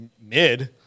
mid